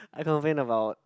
I complain about